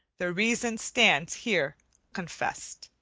the reason stands here confessed.